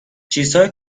چیزهای